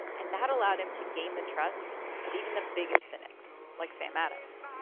and that allowed him to gain the trust of even the biggest cynics, like sam adams.